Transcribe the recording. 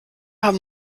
haben